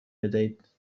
بدهید